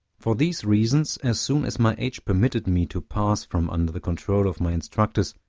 for these reasons, as soon as my age permitted me to pass from under the control of my instructors,